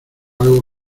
algo